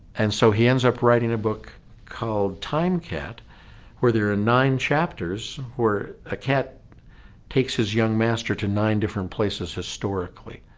and so he ends up writing a book called time cat where there are ah nine chapters where a cat takes his young master to nine different places historically.